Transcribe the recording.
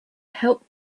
helped